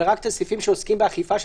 אלא רק הסעיפים שעוסקים באכיפה של